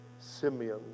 Simeon